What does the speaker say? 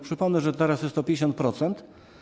Przypomnę, że teraz jest to 50%.